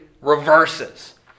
reverses